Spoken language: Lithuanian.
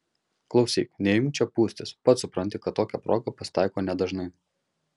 klausyk neimk čia pūstis pats supranti kad tokia proga pasitaiko nedažnai